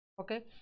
Okay